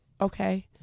okay